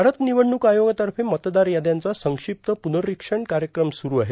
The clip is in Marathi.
भारत निवडणूक आयोगातर्फे मतदार याद्यांचा संक्षिप्त पुनर्रीक्षण कार्यक्रम सुरू आहे